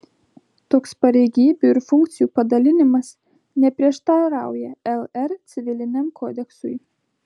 toks pareigybių ir funkcijų padalinimas neprieštarauja lr civiliniam kodeksui